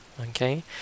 Okay